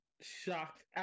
Shocked